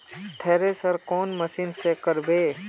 Thresher कौन machine से करबे?